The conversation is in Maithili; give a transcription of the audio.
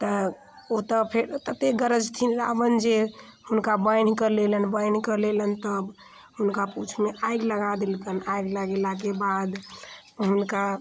तऽ ओतऽ फेर तते गरजथिन रावण जे हुनका बान्हि कऽ लेलनि बान्हि कऽ लेलनि तऽ हुनका पूँछमे आगि लगा देलकनि आगि लगेलाके बाद हुनका